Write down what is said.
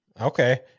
Okay